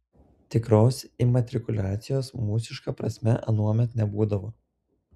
tikros imatrikuliacijos mūsiška prasme anuomet nebūdavo